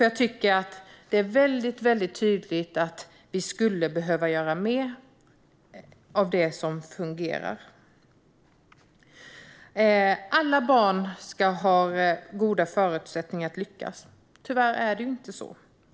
Jag tycker nämligen att det är väldigt tydligt att vi skulle behöva göra mer av det som fungerar. Alla barn ska ha goda förutsättningar att lyckas. Tyvärr är det ju inte så.